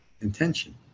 intention